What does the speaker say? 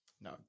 No